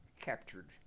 captured